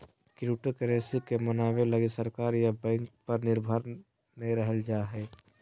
cryptocurrency के बनाबे लगी सरकार या बैंक पर निर्भर नय रहल जा हइ